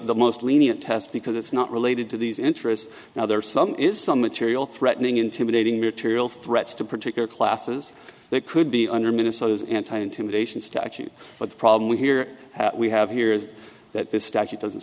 the most lenient test because it's not related to these interests now there are some is some material threatening intimidating material threats to particular classes they could be under minnesota's anti intimidation statute but the problem here we have here is that this statute doesn't